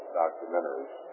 documentaries